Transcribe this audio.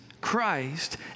Christ